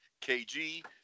KG